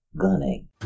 Gunning